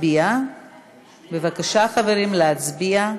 בבקשה חברים, להצביע.